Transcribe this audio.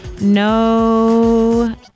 No